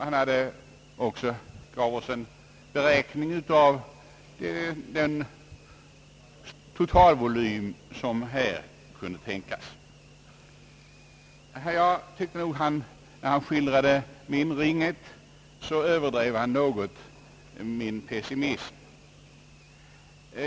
Han gjorde också en beräkning av den totalvolym som här kunde tänkas komma i fråga. Jag tyckte nog att han överdrev min pessimism.